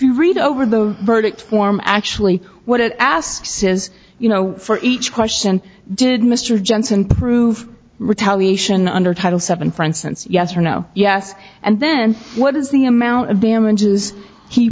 you read over the verdict form actually what it asks is you know for each question did mr jenson prove retaliation under title seven for instance yes or no yes and then what is the amount of damages he